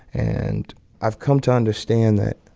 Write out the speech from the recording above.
and i've come to understand that,